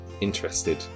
interested